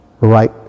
right